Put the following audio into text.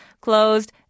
closed